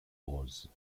rose